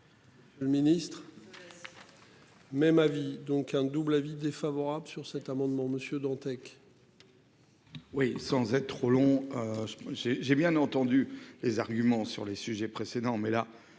Favorable. Le ministre. Même avis donc un double avis défavorable sur cet amendement Monsieur Dantec. Oui, sans être trop long. J'ai j'ai bien entendu les arguments sur les sujets précédents mais la.